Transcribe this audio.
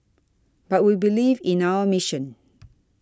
but we believe in our mission